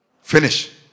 Finish